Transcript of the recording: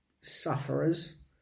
sufferers